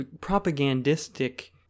propagandistic